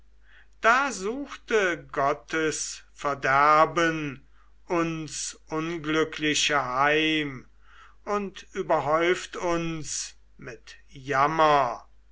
da suchte gottes verderben uns unglückliche heim und überhäuft uns mit jammer